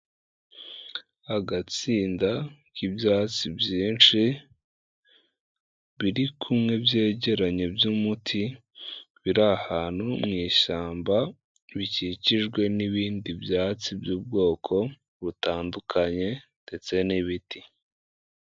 Agatsinda k'ibyatsi byinshi, biri kumwe byegeranye by'umuti, biri ahantu mu ishyamba bikikijwe n'ibindi byatsi by'ubwoko butandukanye ndetse n'ibiti.